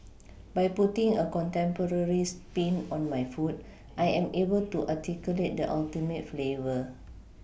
by putting a contemporary sPin on my food I am able to articulate the ultimate flavour